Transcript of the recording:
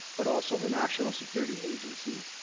but also the national security agency.